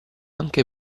anche